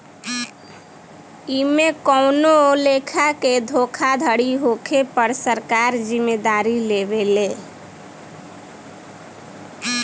एमे कवनो लेखा के धोखाधड़ी होखे पर सरकार जिम्मेदारी लेवे ले